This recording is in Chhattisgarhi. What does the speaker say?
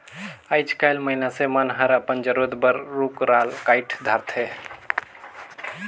आयज कायल मइनसे मन हर अपन जरूरत बर रुख राल कायट धारथे